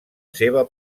seva